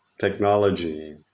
technology